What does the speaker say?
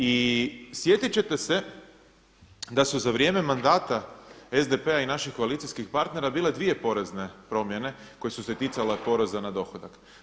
I sjetit ćete se da su za vrijeme mandata SDP-a i naših koalicijskih partnera bile dvije porezne promjene koje su se ticale poreza na dohodak.